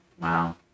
wow